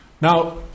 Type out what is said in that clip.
now